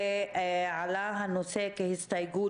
ועלה הנושא כהסתייגות,